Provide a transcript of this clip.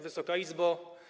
Wysoka Izbo!